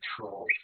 control